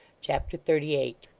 chapter thirty eight